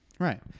right